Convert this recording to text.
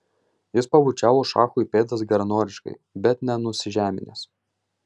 jis pabučiavo šachui pėdas geranoriškai bet ne nusižeminęs